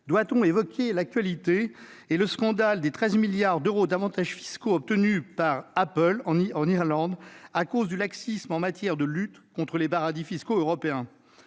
Doit-on évoquer l'actualité et le scandale des 13 milliards d'euros d'avantages fiscaux obtenus par Apple, en Irlande, à cause du laxisme en matière de lutte contre les paradis fiscaux européens ?